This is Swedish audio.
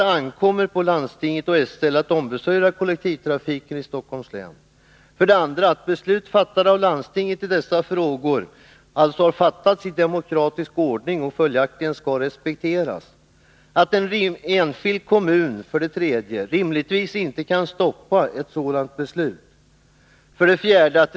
Det ankommer på landstinget och SL att ombesörja kollektivtrafiken i Stockholms län. 2. Beslut fattade av landstinget i dessa frågor har alltså fattats i demokratisk ordning och skall följaktligen respekteras. 3. En enskild kommun kan rimligtvis inte stoppa ett sådant beslut. 4.